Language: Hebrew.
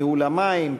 ניהול המים,